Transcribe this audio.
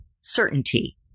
certainty